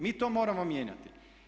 Mi to moramo mijenjati.